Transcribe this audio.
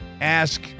Ask